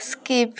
skip